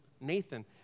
Nathan